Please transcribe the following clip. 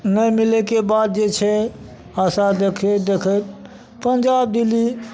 नहि मिलैके बाद जे छै आशा देखैत देखैत पंजाब दिल्ली